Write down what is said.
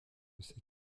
ces